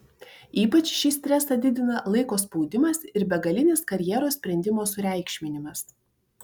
ypač šį stresą didina laiko spaudimas ir begalinis karjeros sprendimo sureikšminimas